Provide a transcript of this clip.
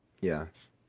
Yes